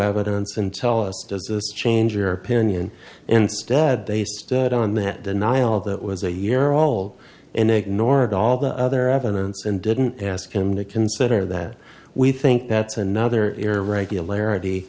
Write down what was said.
evidence and tell us does this change your opinion instead they stood on that denial that was a year old and they ignored all the other evidence and didn't ask him to consider that we think that's another irregularity